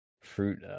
fruit